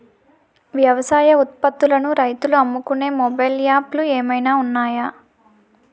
వ్యవసాయ ఉత్పత్తులను రైతులు అమ్ముకునే మొబైల్ యాప్ లు ఏమైనా ఉన్నాయా?